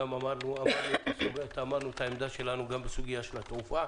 אמרנו את העמדה שלנו גם בסוגיית התעופה